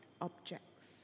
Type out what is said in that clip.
objects